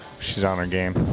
she's on her game,